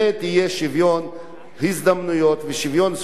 הזדמנויות ושוויון זכויות לכל הסטודנטים,